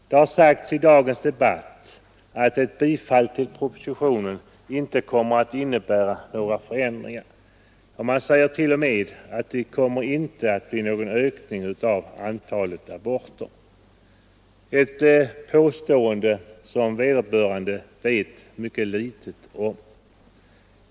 Det har sagts i dagens debatt att ett bifall till propositionen inte kommer att innebära några förändringar. Ja, man säger t.o.m. att det inte kommer att bli någon ökning av antalet aborter, ett påstående vars riktighet vederbörande vet mycket litet om.